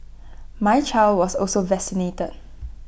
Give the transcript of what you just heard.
my child was also vaccinated